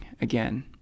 again